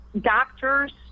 doctors